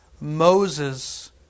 Moses